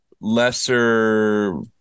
lesser